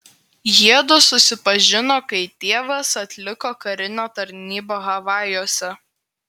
jiedu susipažino kai tėvas atliko karinę tarnybą havajuose